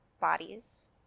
bodies